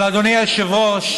אבל אדוני היושב-ראש,